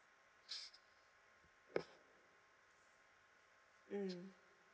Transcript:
mm